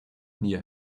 near